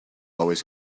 always